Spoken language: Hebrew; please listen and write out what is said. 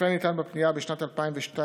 לפי הנטען בפנייה, בשנת 2012,